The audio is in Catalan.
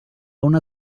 una